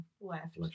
left